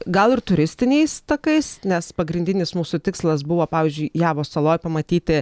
gal ir turistiniais takais nes pagrindinis mūsų tikslas buvo pavyzdžiui javos saloj pamatyti